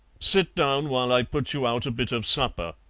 sit down while i put you out a bit of supper,